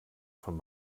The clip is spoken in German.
von